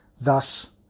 Thus